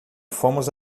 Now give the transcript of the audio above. fomos